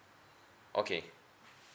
okay